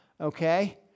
okay